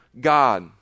God